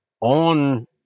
on